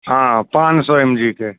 हँ पाँच सए एम जी के